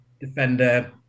Defender